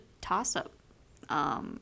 toss-up